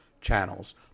channels